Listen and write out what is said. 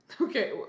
Okay